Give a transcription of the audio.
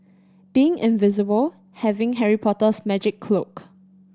being invisible having Harry Potter's magic cloak